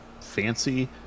Fancy